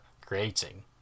creating